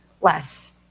less